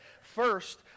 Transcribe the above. First